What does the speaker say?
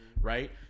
right